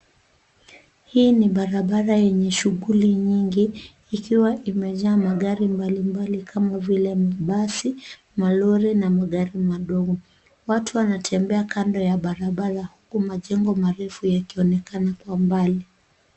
Hii ni barabara yenye shughuli nyingi, ikiwa imejaa magari mbalimbali kama vile mabasi, malori na magari madogo. Watu wanatembea kando ya barabara huku majengo marefu yakionekana kwa mbali.